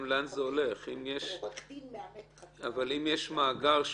באמצעים שעליהם הורה הממונה בתוקף סמכותו